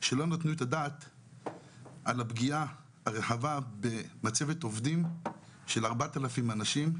שלא נתנו את הדעת על הפגיעה הרחבה במצבת עובדים של 4,000 אנשים,